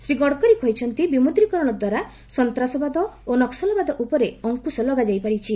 ଶ୍ରୀ ଗଡ଼କରୀ କହିଛନ୍ତି ବିମୁଦ୍ରୀକରଣ ଦ୍ୱାରା ସନ୍ତାସବାଦ ଓ ନକ୍ପଲବାଦ ଉପରେ ଅଙ୍କୁଶ ଲଗାଯାଇ ପାରିଛି